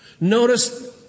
Notice